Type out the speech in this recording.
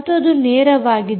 ಮತ್ತು ಅದು ನೇರವಾಗಿದೆ